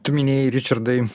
tu minėjai ričardai